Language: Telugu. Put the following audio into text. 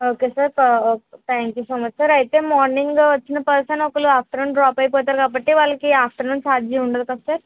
okay sir thank you so much sir అయితే మార్నింగ్ వచ్చిన పర్సన్ ఒకళ్ళు ఆఫ్టర్నూన్ డ్రాప్ అయిపోతారు కాబట్టి వాళ్ళకి ఆఫ్టర్నూన్ ఛార్జి ఉండదు కదా సర్